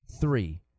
Three